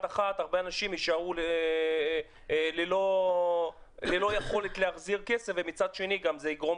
אחת הרבה אנשים יישארו ללא יכולת להחזיר כסף ומצד שני זה יגרום